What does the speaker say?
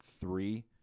three